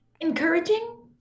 encouraging